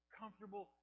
comfortable